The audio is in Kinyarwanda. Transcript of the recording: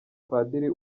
padiri